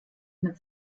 mit